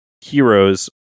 heroes